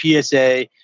PSA